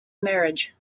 marriage